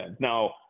Now